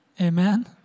Amen